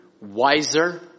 wiser